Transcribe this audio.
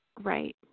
Right